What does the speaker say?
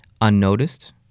unnoticed